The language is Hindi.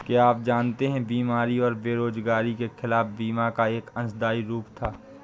क्या आप जानते है बीमारी और बेरोजगारी के खिलाफ बीमा का एक अंशदायी रूप था?